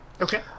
Okay